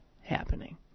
happening